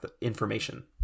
information